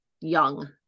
young